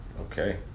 Okay